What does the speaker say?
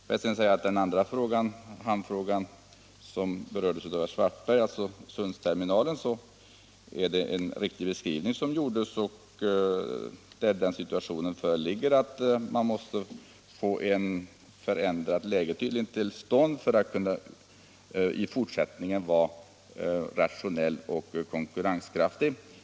Beträffande Sundsterminalen, som berörts av herr Svartberg, är det en riktig beskrivning som gjorts. Den situationen föreligger att man måste få ett förändrat läge till stånd för att i fortsättningen kunna vara rationell och konkurrenskraftig.